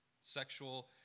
sexual